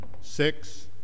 six